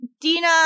Dina